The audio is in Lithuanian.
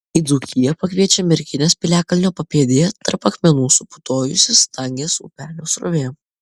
į dzūkiją pakviečia merkinės piliakalnio papėdėje tarp akmenų suputojusi stangės upelio srovė